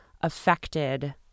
affected